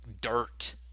dirt